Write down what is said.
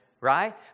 right